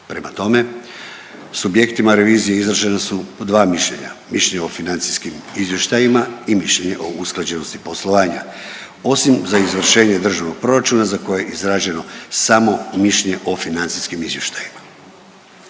Prema tome, subjektima revizije izražena su dva mišljenja, mišljenje o financijskim izvještajima i mišljenje o usklađenosti poslovanja. Osim za izvršenje državnog proračuna za koje je izraženo samo mišljenje o financijskim izvještajima.